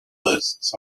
lists